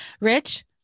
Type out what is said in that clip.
Rich